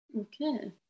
Okay